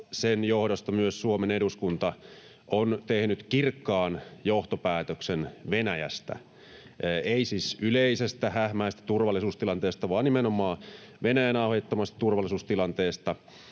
sen johdosta myös Suomen eduskunta on tehnyt kirkkaan johtopäätöksen Venäjästä. Ei siis yleisestä hähmäisestä turvallisuustilanteesta, vaan nimenomaan Venäjän aiheuttamasta turvallisuustilanteesta,